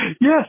Yes